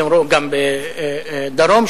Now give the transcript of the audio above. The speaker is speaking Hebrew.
גם בדרום,